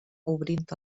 obrint